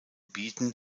bieten